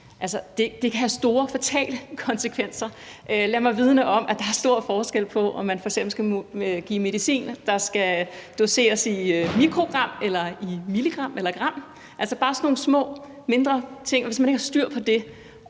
det have store, fatale konsekvenser. Lad mig vidne om, at der er stor forskel på, om man f.eks. skal give medicin, der skal doseres i mikrogram, eller medicin, der skal doseres i milligram eller gram – altså bare sådan nogle små mindre ting. Og hvis man ikke har styr på det